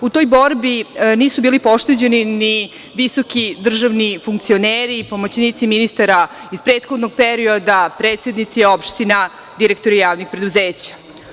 U toj borbi nisu bili pošteđeni ni visoki državni funkcioneri, pomoćnici ministara iz prethodnog perioda, predsednici opština, direktori javnih preduzeća.